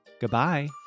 Goodbye